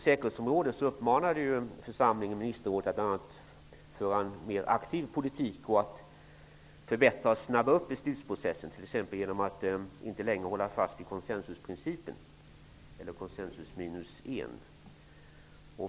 Församlingen uppmanade ministerrådet att föra en mer aktiv politik på säkerhetsområdet och att förbättra och snabba upp beslutsprocessen, t.ex. genom att inte längre hålla fast vid konsensusminus-en-principen.